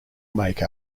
make